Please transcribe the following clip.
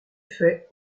faits